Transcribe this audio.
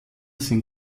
sind